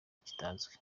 kitazwi